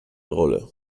rolle